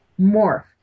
morph